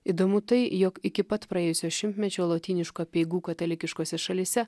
įdomu tai jog iki pat praėjusio šimtmečio lotyniškų apeigų katalikiškose šalyse